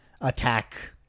attack